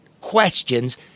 questions